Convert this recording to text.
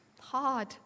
hard